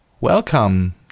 Welcome